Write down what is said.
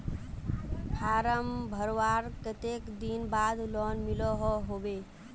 Form भरवार कते दिन बाद लोन मिलोहो होबे?